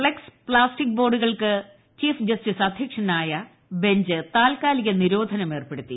flux plastic ബോർഡുകൾക്ക് chief justice അധ്യക്ഷനായ bench താത്ക്കാലിക നിരോധനം ഏർപ്പെടുത്തി